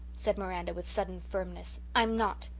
said miranda, with sudden firmness, i'm not.